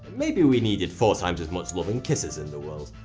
maybe we needed four times as much love and kisses in the world.